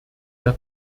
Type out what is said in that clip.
der